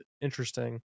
interesting